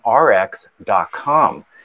rx.com